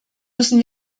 müssen